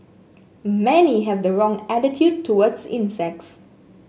many have the wrong attitude towards insects